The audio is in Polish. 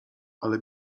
ale